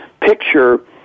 picture